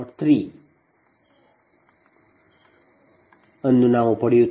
0203 ಅನ್ನು ನಾವು ಪಡೆಯುತ್ತೇವೆ